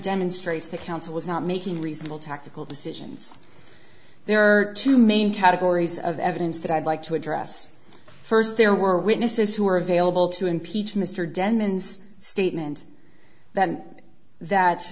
demonstrates that counsel was not making reasonable tactical decisions there are two main categories of evidence that i'd like to address first there were witnesses who were available to impeach mr denman sed statement that that